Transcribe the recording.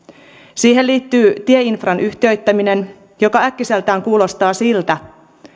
siihen liittyy tieinfran yhtiöittäminen joka äkkiseltään kuulostaa siltä